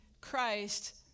Christ